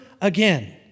again